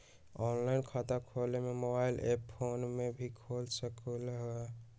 Online खाता खोले के मोबाइल ऐप फोन में भी खोल सकलहु ह?